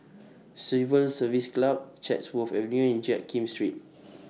Civil Service Club Chatsworth Avenue and Jiak Kim Street